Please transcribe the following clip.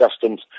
customs